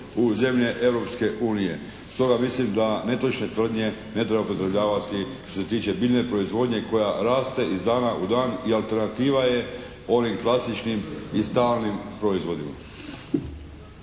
u zemlje Europske unije. Stoga mislim da netočne tvrdnje ne treba upotrebljavati što se tiče biljne proizvodnje koja raste iz dana u dan i alternativa je onim klasičnim i stalnim proizvodima.